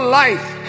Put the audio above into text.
life